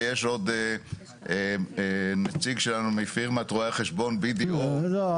ויש עוד נציג שלנו מפירמת רואי החשבון BDO. לא,